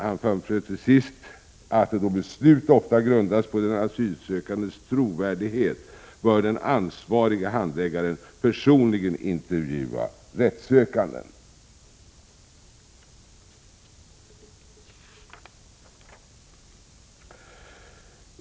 Han framför till sist att eftersom beslut ofta grundas på en asylsökandes trovärdighet så bör den ansvarige handläggaren personligen intervjua den rättssökande.